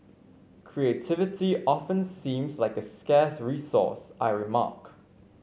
creativity often seems like a scarce resource I remark